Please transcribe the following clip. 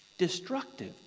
destructive